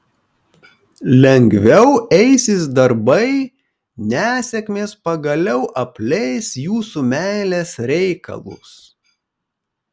lengviau eisis darbai nesėkmės pagaliau apleis jūsų meilės reikalus